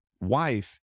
wife